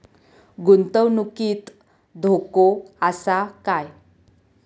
गुंतवणुकीत धोको आसा काय?